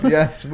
Yes